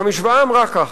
והמשוואה אמרה ככה: